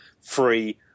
free